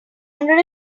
hundred